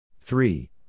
Three